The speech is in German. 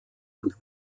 und